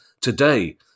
today